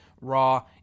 Raw